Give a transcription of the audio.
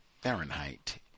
fahrenheit